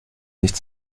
nicht